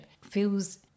feels